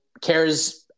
cares –